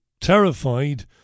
terrified